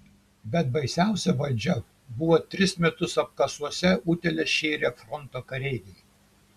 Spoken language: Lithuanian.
bet baisiausia valdžia buvo tris metus apkasuose utėles šėrę fronto kareiviai